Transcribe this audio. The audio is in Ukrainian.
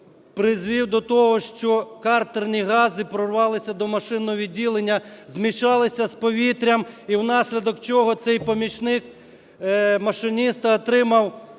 призвів до того, що картерні гази прорвалися до машинного відділення, змішалися з повітрям, і внаслідок чого цей помічник машиніста отримав